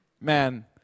man